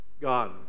God